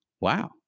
wow